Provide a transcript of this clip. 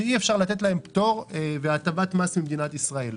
שאי אפשר לתת לה פטור והטבת מס ממדינת ישראל.